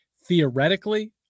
theoretically